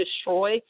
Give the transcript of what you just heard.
destroy